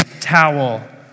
towel